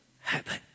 happen